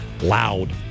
Loud